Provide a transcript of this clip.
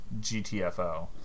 GTFO